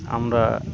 আমরা